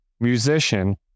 musician